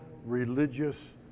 religious